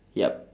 yup